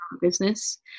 business